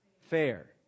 fair